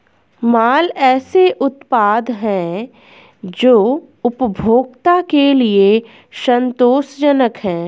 माल ऐसे उत्पाद हैं जो उपभोक्ता के लिए संतोषजनक हैं